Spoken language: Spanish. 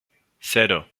cero